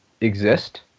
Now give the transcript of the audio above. exist